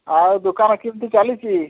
ଆଉ ଦୋକାନ କେମିତି ଚାଲିଛି